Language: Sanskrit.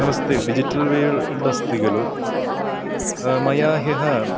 नमस्ते डिजिटल् वेल्ड् अस्ति खलु मया ह्यः